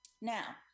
Now